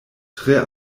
tre